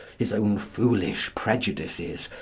his own foolish prejudices,